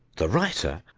the writer,